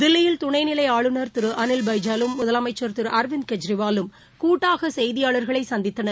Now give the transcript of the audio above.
தில்லியில் துணைநிலைஆளுநர் திருஅளில் பைஜாலும் முதலமைச்சர் திருஅரவிந்த் கெஜ்ரிவாலும் கூட்டாகசெய்தியாளர்களைசந்தித்தனர்